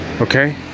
okay